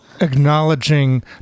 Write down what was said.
acknowledging